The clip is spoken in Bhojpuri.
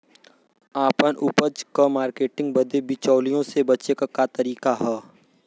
आपन उपज क मार्केटिंग बदे बिचौलियों से बचे क तरीका का ह?